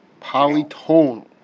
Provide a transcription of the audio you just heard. Polytonal